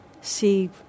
see